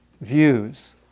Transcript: views